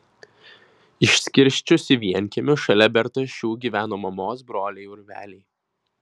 išskirsčius į vienkiemius šalia bertašių gyveno mamos broliai urveliai